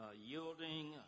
yielding